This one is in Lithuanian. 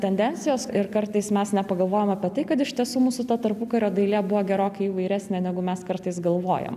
tendencijos ir kartais mes nepagalvojom apie tai kad iš tiesų mūsų ta tarpukario dailė buvo gerokai įvairesnė negu mes kartais galvojam